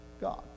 God